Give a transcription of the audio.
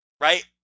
right